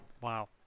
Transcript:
Wow